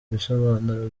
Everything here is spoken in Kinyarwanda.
ibisobanuro